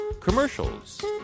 commercials